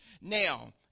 Now